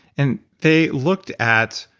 and they looked at